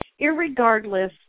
irregardless